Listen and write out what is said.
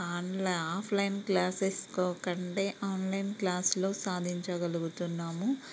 offline classes కో కంటే online క్లాస్లో సాధించగలుగుతున్నాము